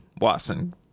Watson